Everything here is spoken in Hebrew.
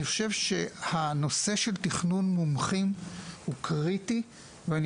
אני חושב שהנושא של תכנון מומחים הוא קריטי ואני